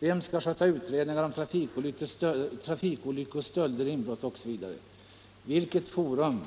Vem skall sköta utredningar om trafikolyckor, stölder, inbrott etc.? Vilket forum